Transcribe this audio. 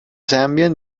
zambian